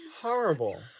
Horrible